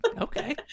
okay